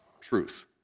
truth